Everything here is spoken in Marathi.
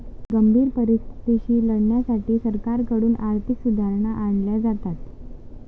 गंभीर परिस्थितीशी लढण्यासाठी सरकारकडून आर्थिक सुधारणा आणल्या जातात